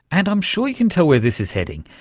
and i'm sure you can tell where this is heading.